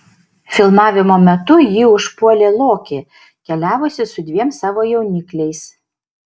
filmavimo metu jį užpuolė lokė keliavusi su dviem savo jaunikliais